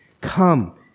come